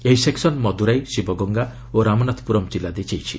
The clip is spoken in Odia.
ଏହି ସେକ୍କନ ମଦୂରାଇ ଶିବଗଙ୍ଗା ଓ ରାମନାଥପୁରମ୍ ଜିଲ୍ଲା ଦେଇ ଯାଇଛି